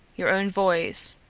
your own voice,